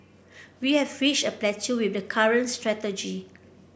we have reached a plateau with the current strategy